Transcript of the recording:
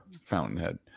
Fountainhead